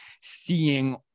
seeing